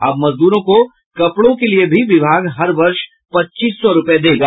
अब मजदूरों को कपड़ों के लिए भी विभाग हर वर्ष पच्चीस सौ रूपये देगा